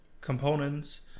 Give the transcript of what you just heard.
components